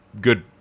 good